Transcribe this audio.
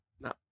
No